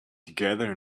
together